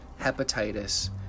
hepatitis